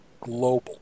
Global